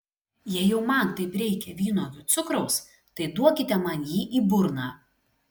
jei jau man taip reikia vynuogių cukraus tai duokite man jį į burną